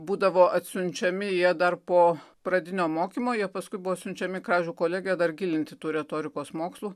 būdavo atsiunčiami jie dar po pradinio mokymo jie paskui buvo siunčiami į kražių kolegiją dar gilinti tų retorikos mokslų